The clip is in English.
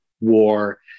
war